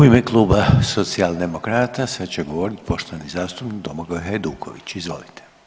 U ime kluba Socijaldemokrata sad će govoriti poštovani zastupnik Domagoj Hajduković, izvolite.